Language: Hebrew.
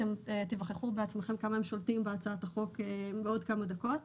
אתם תיווכחו בעצמכם כמה הם שולטים בהצעת החוק בעוד כמה דקות.